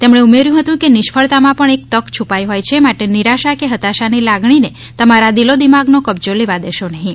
તેમણે ઉમેર્યું હતું કે નિષ્ફળતા માં પણ એક તક છુપાઈ હોય છે માટે નિરાશા કે હતાશા ની લાગણી ને તમારા દિલોદિમાગ નો કબ્જો લેવા દેશો નહીં